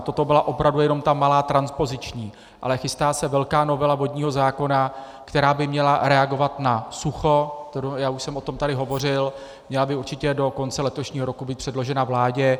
Toto byla opravdu jenom ta malá transpoziční, ale chystá se velká novela vodního zákona, která by měla reagovat na sucho, já už jsem o tom tady hovořil, měla by určitě do konce letošního roku být předložena vládě.